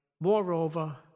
Moreover